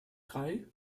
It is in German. drei